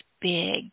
big